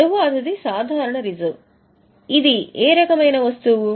తరువాతిది సాధారణ రిజర్వ్ ఇది ఏ రకమైన వస్తువు